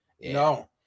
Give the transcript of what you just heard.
no